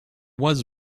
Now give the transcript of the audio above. was